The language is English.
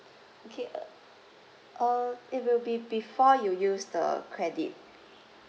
K uh uh it will be before you use the credit